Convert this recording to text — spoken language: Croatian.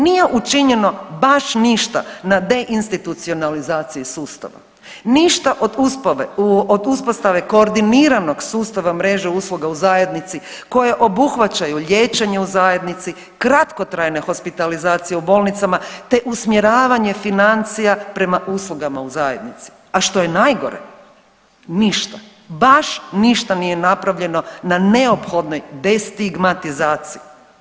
Nije učinjeno baš ništa na deinstitucionalizaciji sustava, ništa od uspostave koordiniranog sustava mreže usluga u zajednici koje obuhvaćaju liječenje u zajednici, kratkotrajne hospitalizacije u bolnicama, te usmjeravanje financija prema uslugama u zajednici, a što je najgore, ništa, baš ništa nije napravljeno na neophodnoj destigmatizaciji.